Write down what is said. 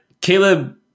Caleb